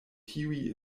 tiuj